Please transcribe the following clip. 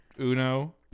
Uno